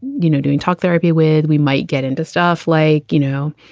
you know, doing talk therapy with we might get into stuff like, you know,